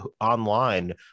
online